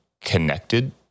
connected